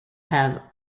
have